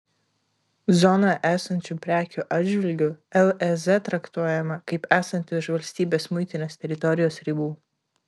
zonoje esančių prekių atžvilgiu lez traktuojama kaip esanti už valstybės muitinės teritorijos ribų